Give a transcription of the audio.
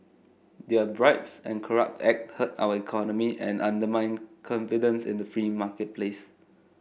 their bribes and corrupt act hurt our economy and undermine confidence in the free marketplace